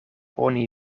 oni